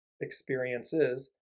experiences